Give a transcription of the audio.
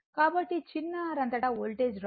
కాబట్టి చిన్న r అంతటా వోల్టేజ్ డ్రాప్ 5